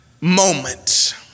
moment